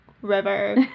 River